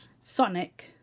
Sonic